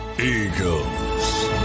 Eagles